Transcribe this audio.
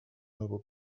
albo